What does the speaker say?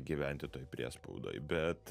gyventi toj priespaudoj bet